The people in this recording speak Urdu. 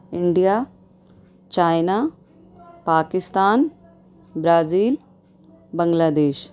انڈیا چائنا پاکستان برازیل بنگلہ دیش